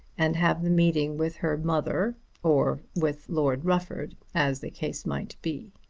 and have the meeting with her mother or with lord rufford as the case might be.